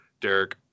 Derek